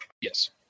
Yes